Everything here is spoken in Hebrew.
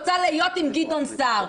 אבל אני רוצה להיות עם גדעון סער.